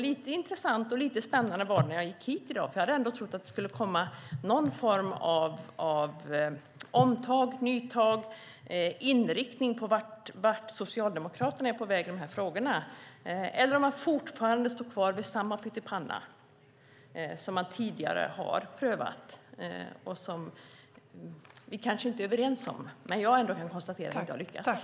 Lite intressant och lite spännande var det när jag gick hit i dag, för jag hade trott att det skulle komma någon form av omtag, nytag eller inriktning beträffande vart Socialdemokraterna är på väg i de här frågorna - eller om man fortfarande står kvar vid samma pyttipanna som man tidigare har prövat och som jag kan konstatera - fast vi kanske inte är överens om det - inte har lyckats.